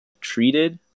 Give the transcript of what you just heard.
treated